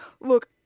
Look